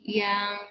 yang